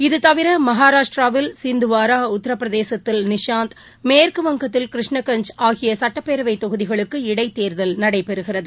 இதுதவிரமகாராஷ்டிராவில் சிந்துவாரா உத்தரப்பிரதேசத்தில் நிஷாந்த் மேற்கு வங்கத்தில் கிருஷ்ணகஞ்ச் ஆகியசட்டப்பேரவைத் தொகுதிகளுக்கு இடைத்தேர்தல் இன்றுநடைபெறுகிறது